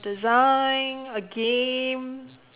design a game